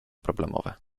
problemowe